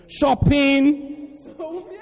Shopping